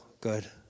good